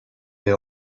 the